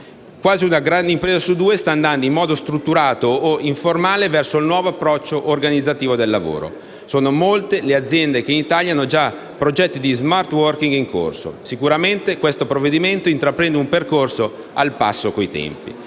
Quasi una grande impresa su due sta andando in modo strutturato o informale verso il nuovo approccio all’organizzazione del lavoro; sono molte le aziende che in Italia hanno già progetti di smart working in corso. Sicuramente questo provvedimento intraprende un percorso al passo con i tempi.